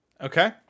Okay